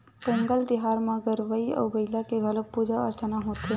पोंगल तिहार म गरूवय अउ बईला के घलोक पूजा अरचना होथे न